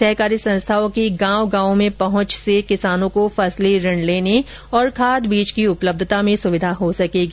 सहकारी संस्थाओं की गांव गांव में पहुंच से किसानों को फसली ऋण लेने और खाद बीज की उपलब्यता में सुविधा हो सकेगी